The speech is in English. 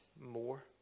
more